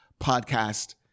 podcast